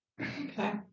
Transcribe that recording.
Okay